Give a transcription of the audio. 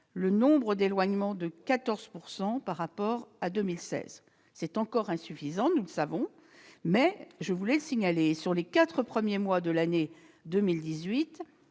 le nombre d'éloignements a augmenté de 14 % par rapport à 2016. C'est encore insuffisant, nous le savons, mais je voulais le signaler. Sur les quatre premiers mois de la